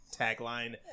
tagline